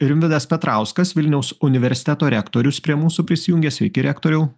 rimvydas petrauskas vilniaus universiteto rektorius prie mūsų prisijungia sveiki rektoriau